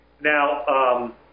Now